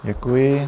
Děkuji.